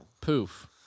Poof